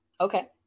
Okay